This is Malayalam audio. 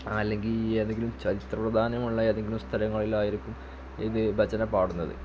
അല്ലെങ്കിൽ ഏതെങ്കിലും ചരിത്ര പ്രാധാന്യമുള്ള ഏതെങ്കിലും സ്ഥലങ്ങളിലോ ആയിരിക്കും ഇത് ഭജന പാടുന്നത്